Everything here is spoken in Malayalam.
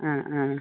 ആ ആ